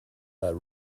but